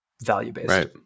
value-based